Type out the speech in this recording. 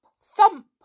thump